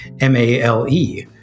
M-A-L-E